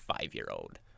five-year-old